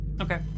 Okay